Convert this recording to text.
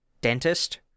dentist